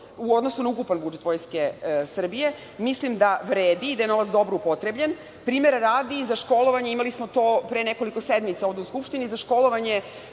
u odnosu na ukupan budžet Vojske Srbije, mislim da vredi i da je novac dobro upotrebljen. Primera radi, za školovanje imali smo to pre nekoliko sednica ovde u Skupštini, za školovanje